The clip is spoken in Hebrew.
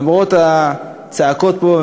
למרות הצעקות פה,